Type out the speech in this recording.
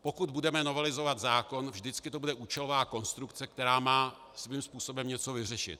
Pokud budeme novelizovat zákon, vždycky to bude účelová konstrukce, která má svým způsobem něco vyřešit.